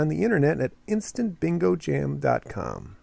on the internet at instant bingo jam dot com